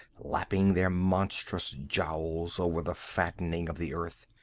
lapping their monstrous jowls over the fattening of the earth.